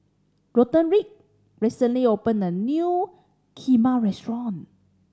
Roderick recently opened a new Kheema restaurant